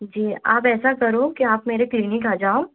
जी आप ऐसा करो कि आप मेरे क्लीनिक आ जाओ